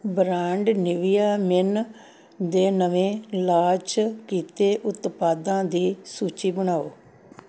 brand Nivea Men ਦੇ ਨਵੇਂ launch ਕੀਤੇ ਉਤਪਾਦਾਂ ਦੀ ਸੂਚੀ ਬਣਾਓ